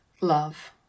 love